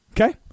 Okay